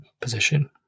position